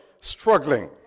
struggling